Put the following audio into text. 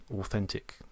authentic